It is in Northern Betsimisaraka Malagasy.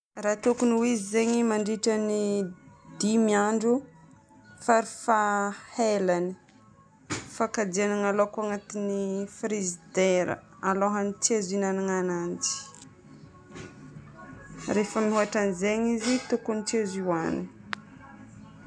Raha tokony ho izy zegny mandritra ny dimy andro farafaha elany fakajianana laoko ao agnatin'ny frigidaire, alohan'ny tsy azo ihinagnana ananjy. Rehefa nihoatra an'izegny izy tokony tsy azo hohanigna.